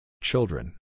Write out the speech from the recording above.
Children